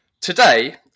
Today